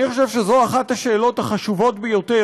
אני חושב שזו אחת השאלות החשובות ביותר